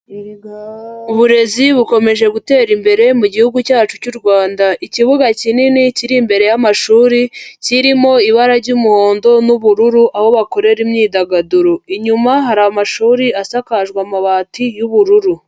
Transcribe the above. Uburezi bukomeje gutera imbere mu gihugu cyacu cy'u Rwanda, ikibuga kinini kiri imbere y'amashuri, kirimo ibara ry'umuhondo n'ubururu aho bakorera imyidagaduro, inyuma hari amashuri asakajwe amabati y'ubururu.